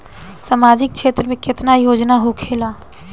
सामाजिक क्षेत्र में केतना योजना होखेला?